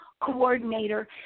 coordinator